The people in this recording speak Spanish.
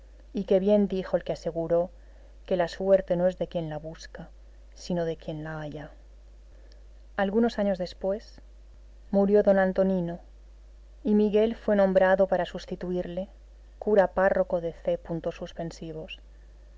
y que bien dijo el que aseguró que la suerte no es de quien la busca sino de quien la halla algunos años después murió d antonino y miguel fue nombrado para sustituirle cura párroco de c